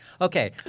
Okay